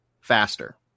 faster